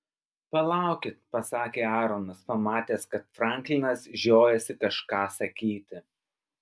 palaukit pasakė aaronas pamatęs kad franklinas žiojasi kažką sakyti